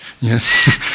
Yes